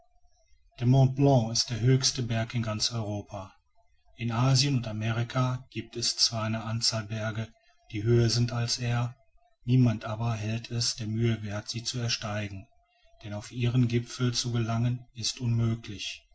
der mont blanc ist der höchste berg in ganz europa in asien und amerika giebt es zwar eine anzahl berge die höher sind als er niemand aber hält es der mühe werth sie zu ersteigen denn auf ihren gipfel zu gelangen ist unmöglich